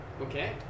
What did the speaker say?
Okay